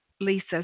Lisa